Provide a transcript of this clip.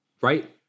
Right